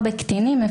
בקטינים,